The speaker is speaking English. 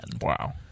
Wow